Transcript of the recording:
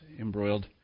embroiled